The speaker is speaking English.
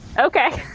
okay.